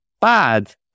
bad